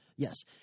Yes